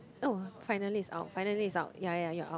oh finally it's out finally it's out ya ya ya you're out